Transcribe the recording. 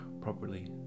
properly